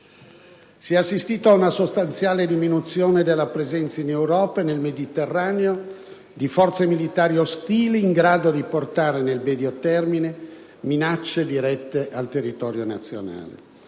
Si è assistito ad una sostanziale diminuzione della presenza in Europa e nel Mediterraneo di forze militari ostili in grado di portare nel medio termine minacce dirette al territorio nazionale.